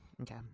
Okay